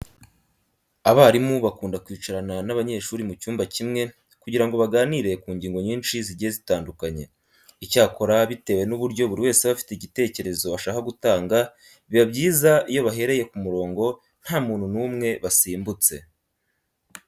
Abarimu bakunda kwicarana n'abanyeshuri mu cyumba kimwe kugira ngo baganire ku ngingo nyinshi zigiye zitandukanye. Icyakora bitewe n'uburyo buri wese aba afite igitekereza ashaka gutanga, biba byiza iyo bahereye ku murongo nta muntu n'umwe basimbutse.